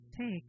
take